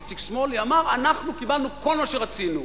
איציק שמולי, ואמר: אנחנו קיבלנו כל מה שרצינו.